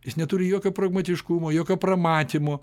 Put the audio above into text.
jis neturi jokio pragmatiškumo jokio pramatymo